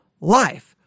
life